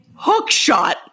hookshot